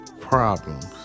problems